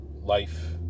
life